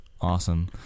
Awesome